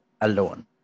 alone